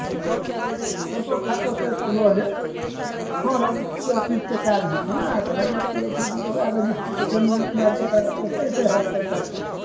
photo फाटोसँ सब लअ लेब हँ रजिस्ट्री ऑफिसके काज होइ छै ने तऽ रजिस्ट्री ऑफिसमे तऽ वएह रजिस्ट्रीक जमीनक मार्फत अहाँके ओतयसँ होयत सबटा काज